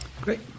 Great